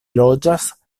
loĝas